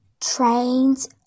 train's